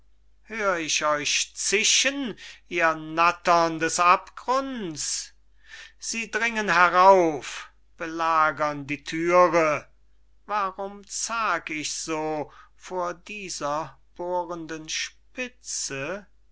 hör ich euch zischen ihr nattern des abgrunds sie dringen herauf belagern die thüre warum zag ich so vor dieser bohrenden spitze